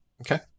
Okay